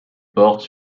porte